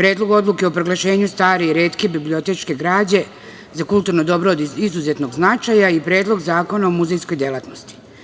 Predlog odluke o proglašenju stare i retke biblioteške građe za kulturno dobro od izuzetnog značaja i Predlog zakona o muzejskoj delatnosti. Razlozi